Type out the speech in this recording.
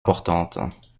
importantes